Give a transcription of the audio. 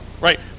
right